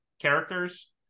characters